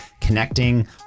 connecting